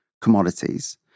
commodities